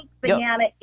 banana